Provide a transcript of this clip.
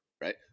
right